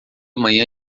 manhã